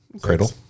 Cradle